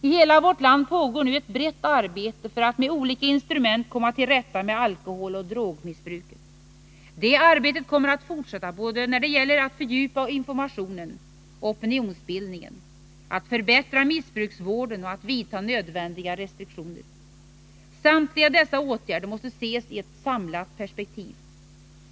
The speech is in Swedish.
I hela vårt land pågår nu ett brett arbete för att med olika instrument komma till rätta med alkoholoch drogmissbruket. Det arbetet kommer att fortsätta både när det gäller att fördjupa informationen och opinionsbildningen, att förbättra missbruksvården och att vidta nödvändiga restriktioner. Samtliga dessa åtgärder måste ses i ett samlat perspektiv.